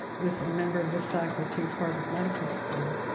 with a member of the faculty of harvard medical school.